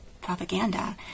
propaganda